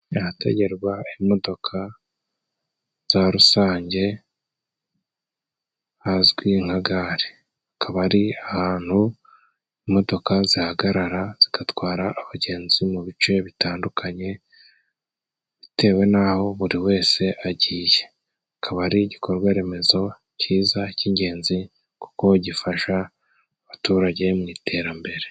Ahategerwa imodoka za rusange hazwi nka gare. Hakaba ari ahantu imodoka zihagarara zigatwara abagenzi mu bice bitandukanye bitewe n'aho buri wese agiye. Kikaba ari igikorwaremezo cyiza cy'ingenzi kuko gifasha abaturage mu iterambere.